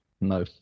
No